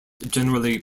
generally